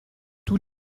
tous